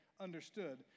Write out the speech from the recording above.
understood